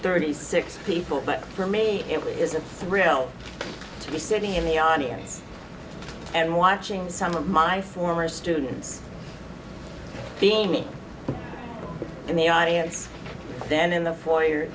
thirty six people but for me it is a thrill to be sitting in the audience and watching some of my former students being in the audience then in the fo